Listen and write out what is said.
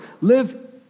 live